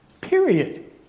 Period